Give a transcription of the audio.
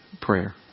prayer